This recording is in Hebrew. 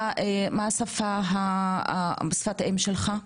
מה שפת האם שלך?